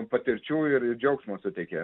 patirčių ir ir džiaugsmo suteikia